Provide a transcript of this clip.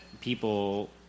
people